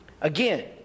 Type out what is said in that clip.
Again